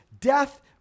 death